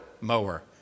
mower